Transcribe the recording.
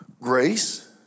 Grace